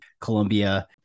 colombia